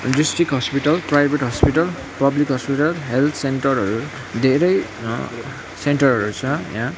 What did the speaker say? district hospital private hospital public hospital health सेन्टरहरू धेरै सेन्टरहरू छ यहाँ